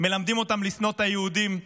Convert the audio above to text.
מלמדים אותם לשנוא את היהודים,